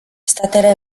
statele